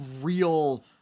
real